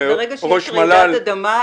ברגע שמתרחשת רעידת אדמה,